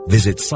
Visit